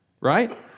right